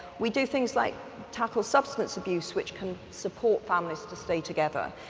we do things like tackle substance abuse, which can support families to stay together,